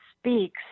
speaks